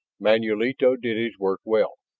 manulito did his work well.